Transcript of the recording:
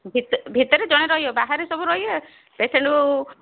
ଭିତ ଭିତରେ ଜଣେ ରହିବ ବାହାରେ ସବୁ ରହିବେ ପେସେଣ୍ଟକୁ